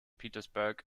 petersburg